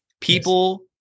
people